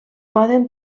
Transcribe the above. poden